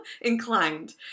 inclined